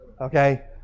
Okay